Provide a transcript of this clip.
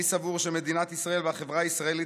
אני סבור שמדינת ישראל והחברה הישראלית